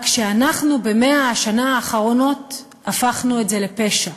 רק שאנחנו ב-100 השנה האחרונות הפכנו את זה לפשע.